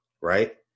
Right